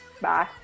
Bye